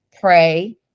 pray